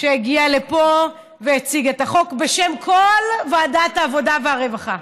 שהגיע לפה והציג את החוק בשם כל ועדת העבודה והרווחה.